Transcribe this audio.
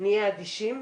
נהיה אדישים,